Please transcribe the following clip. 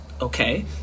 okay